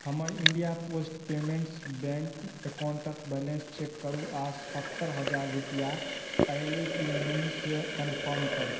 हमर India Post Payments Bank अकाउंटक balance check करू आ सत्तरि हजार रूपैआ या अयले कि नहि से कनफर्म करू